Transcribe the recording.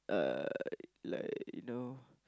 uh ilke you know